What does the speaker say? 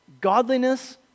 godliness